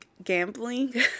Gambling